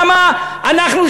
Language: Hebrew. למה אנחנו,